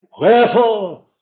Wherefore